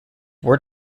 were